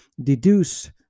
deduce